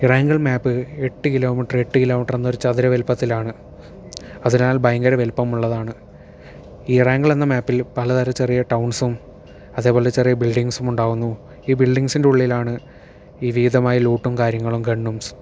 ഇറാങ്കിൾ map എട്ടു kilometre എട്ടു kilometre എന്നൊരു ചതുര വലുപ്പത്തിലാണ് അതിനാൽ ഭയങ്കര വലുപ്പമുള്ളതുമാണ് ഇറാങ്കിൾ എന്ന മേപ്പിൽ പലതരം ചെറിയ ടൗൺസും അതേപോലെ ചെറിയ ബിൾഡിങ്ങ്സും ഉണ്ടാകുന്നു ഈ ബിൽഡിങ്ങ്സിന്റെ ഉള്ളിൽ ആണ് ഈ വിവിധമായ ലൂട്ടും കാര്യങ്ങളും ഗണ്ണും